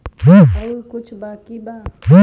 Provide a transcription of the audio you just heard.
और कुछ बाकी बा?